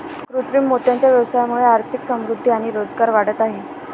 कृत्रिम मोत्यांच्या व्यवसायामुळे आर्थिक समृद्धि आणि रोजगार वाढत आहे